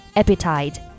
appetite